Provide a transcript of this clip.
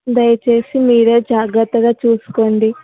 దయచేసి మీరే జాగ్రత్తగా చూసుకోండి